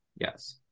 Yes